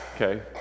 okay